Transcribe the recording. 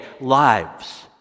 lives